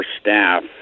staff